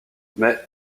mais